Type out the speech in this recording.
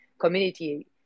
community